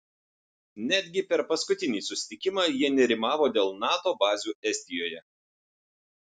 netgi per paskutinį susitikimą jie nerimavo dėl nato bazių estijoje